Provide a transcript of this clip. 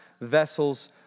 Vessels